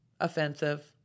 offensive